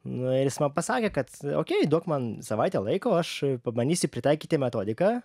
nu ir jis man pasakė kad okei duok man savaitę laiko aš pabandysiu pritaikyti metodiką